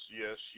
yes